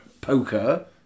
poker